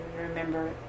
remember